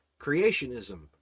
creationism